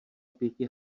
pěti